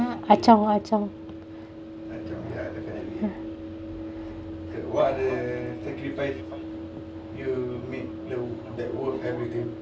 ah chong ah chong